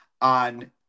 on